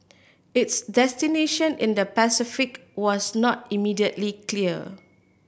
its destination in the Pacific was not immediately clear